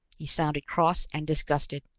he sounded cross and disgusted,